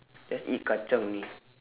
just eat kacang only